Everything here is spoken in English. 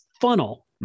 funnel